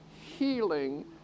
healing